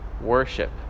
worship